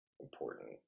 important